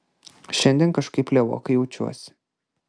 šiandien kažkaip lievokai jaučiuosi